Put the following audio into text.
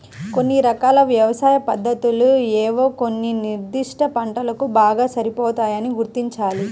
కొన్ని రకాల వ్యవసాయ పద్ధతులు ఏవో కొన్ని నిర్దిష్ట పంటలకు బాగా సరిపోతాయని గుర్తించాలి